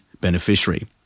beneficiary